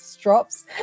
drops